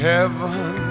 Heaven